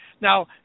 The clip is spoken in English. Now